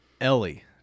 Ellie